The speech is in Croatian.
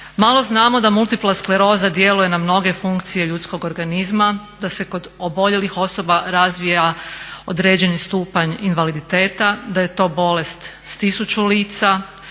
Malo znamo da multipla skleroza djeluje na mnoge funkcije ljudskog organizma, da se kod oboljelih osoba razvija određeni stupanj invaliditeta, da je to bolest s tisuću lica,